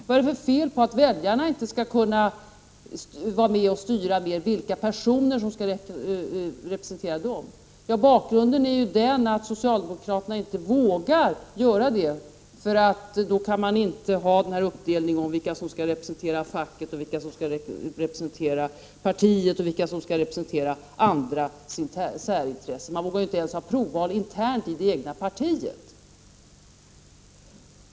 Vad är det för fel på att väljarna skall kunna vara med om att styra vilka personer som skall representera dem? Jo, bakgrunden är ju den att socialdemokraterna inte vågar göra det, därför att då kan man inte göra någon uppdelning av vilka som skall representera facket, vilka som skall representera partiet och vilka som skall representera andra särintressen. De vågar ju inte ens hålla provval internt i det egna partiet!